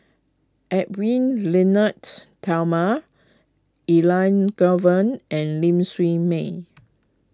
Edwy Lyonet Talma Elangovan and Ling Siew May